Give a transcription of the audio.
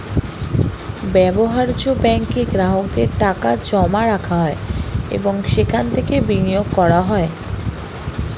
ব্যবহার্য ব্যাঙ্কে গ্রাহকদের টাকা জমা রাখা হয় এবং সেখান থেকে বিনিয়োগ করা হয়